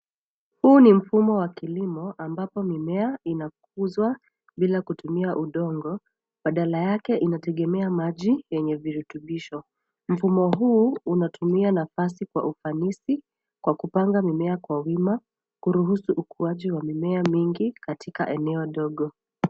Huu ni mfumo wa kilimo, ambapo mimea inakuzwa bila kutumia udongo, badala yake inategemea maji yenye virutubisho. Mfumo huu unatumia nafasi kwa ufanisi, kwa kupanga mimea kwa wima, kuruhusu ukuaji wa mimea mingi katika eneo dogo.